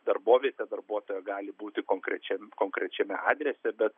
darbovietė darbuotojo gali būti konkrečiam konkrečiame adrese bet